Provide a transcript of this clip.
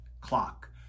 clock